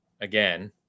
again